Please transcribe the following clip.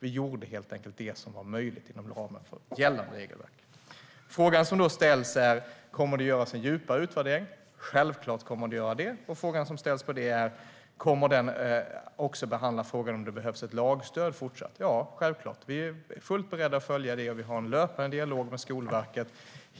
Vi gjorde helt enkelt det som var möjligt inom ramen för gällande regelverk. Frågan som ställs är: Kommer det att göras en djupare utvärdering? Självklart kommer det att göras det. Frågan som ställs på det är: Kommer den också att behandla frågan om det fortsatt behövs ett lagstöd? Ja, självklart. Vi är fullt beredda att följa det, och vi för en löpande dialog med Skolverket.